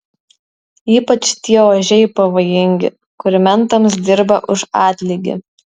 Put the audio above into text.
ypač tie ožiai pavojingi kur mentams dirba už atlygį